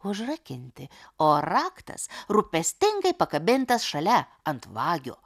užrakinti o raktas rūpestingai pakabintas šalia ant vagio